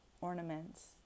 ornaments